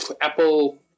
Apple